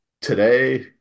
today